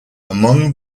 among